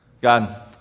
God